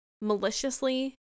maliciously